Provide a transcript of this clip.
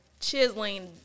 chiseling